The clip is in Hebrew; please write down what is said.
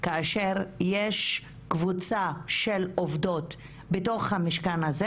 כאשר יש קבוצה של עובדות בתוך המשכן הזה